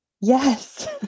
Yes